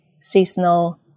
seasonal